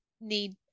need